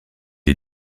est